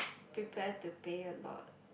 prepare to pay a lot